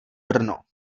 brno